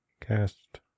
cast